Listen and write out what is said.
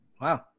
Wow